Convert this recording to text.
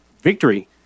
victory